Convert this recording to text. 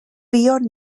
buon